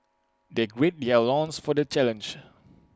they gird their loins for the challenge